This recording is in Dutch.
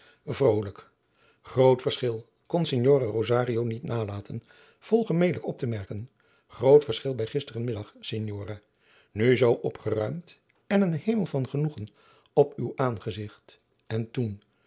groot verschil kon signore rosario niet nalaten vol gemelijkheid op te merken groot verschil bij gisteren middag signora nu zoo opgeruimd en een hemel van genoegen op uw aangezigt en